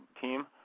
team